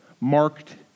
marked